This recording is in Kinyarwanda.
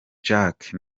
jacques